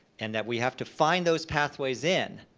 and that we have to find those pathways in,